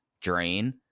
drain